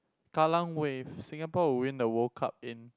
kallang Wave Singapore will win the World Cup in